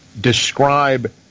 describe